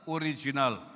original